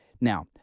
Now